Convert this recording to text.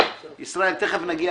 ישראל, תכף נגיע